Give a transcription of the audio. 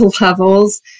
levels